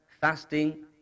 Fasting